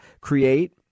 create